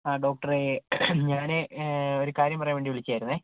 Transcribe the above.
ആ ഡോക്ടറേ ഞാൻ ഒരു കാര്യം പറയാൻ വേണ്ടി വിളിച്ചതായിരുന്നു